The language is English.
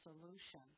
solution